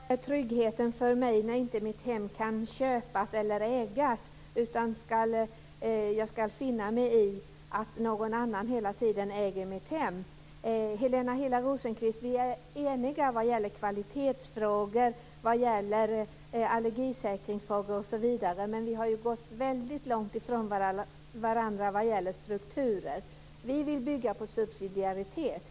Herr talman! Vad är tryggheten för mig när mitt hem inte kan köpas eller ägas, utan jag ska finna mig i att någon annan hela tiden äger mitt hem? Vi är eniga vad gäller kvalitetsfrågor, allergisäkringsfrågor osv., Helena Hillar Rosenqvist, men vi har gått väldigt långt ifrån varandra vad gäller strukturer. Vi vill bygga på subsidiaritet.